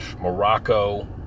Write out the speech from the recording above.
Morocco